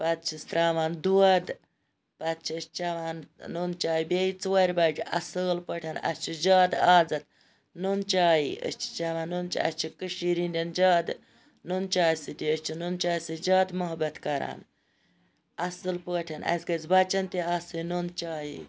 پَتہٕ چھِس تراوان دۄد پَتہٕ چھِ أسۍ چَوان نُن چاے بیٚیہِ ژورِ بَج اَصیل پٲٹھۍ اَسہِ چھُ زیادٕ آزَتھ نُن چایہِ أسۍ چھِ چَوان نُن چاے اَسہِ چھِ کٔشیٖر ہِنٛدیٚن زیادٕ نُن چاے سۭتۍ أسۍ چھِ نُن چاے سۭتۍ جادٕ محبَت کَران اَصل پٲٹھۍ اَسہِ گَژھِ بَچَن تہٕ آسٕنۍ نُن چایی